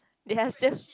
they are just